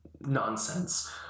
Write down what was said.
nonsense